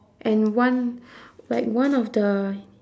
and one like one of the